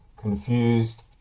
confused